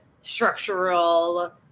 structural